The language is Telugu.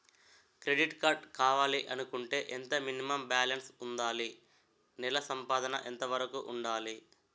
క్రెడిట్ కార్డ్ కావాలి అనుకుంటే ఎంత మినిమం బాలన్స్ వుందాలి? నెల సంపాదన ఎంతవరకు వుండాలి?